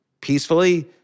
peacefully